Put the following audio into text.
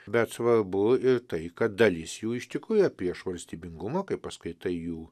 bet svarbu ir tai kad dalis jų iš tikrųjų yra prieš valstybingumą kai paskaitai jų